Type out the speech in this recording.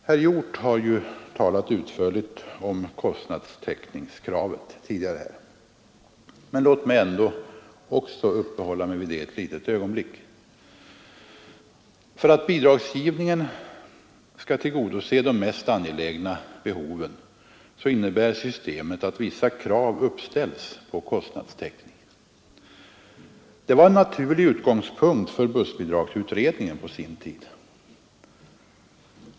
Herr Hjorth har tidigare talat utförligt om kostnadstäckningskravet, men låt mig ändå också uppehålla mig vid det ett litet ögonblick. För att bidragsgivningen skall tillgodose de mest angelägna behoven, så innebär systemet att vissa krav uppställs på kostnadstäckning. Det var en naturlig utgångspunkt för bussbidragsutredningen på sin tid.